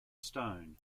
stone